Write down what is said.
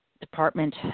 Department